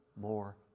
more